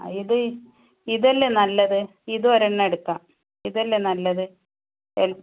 ആ ഇത് ഇതല്ലേ നല്ലത് ഇതൊരെണ്ണം എടുക്കാം ഇതല്ലേ നല്ലത് എൽ